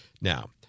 Now